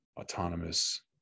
autonomous